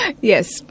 Yes